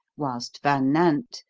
whilst van nant,